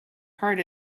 heart